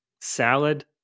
salad